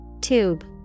Tube